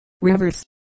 rivers